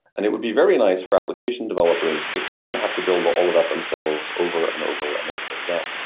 and it would be very nice for application developers if they didn't have to build all of that themselves over and over and over again,